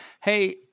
Hey